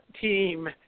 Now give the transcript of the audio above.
team